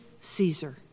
Caesar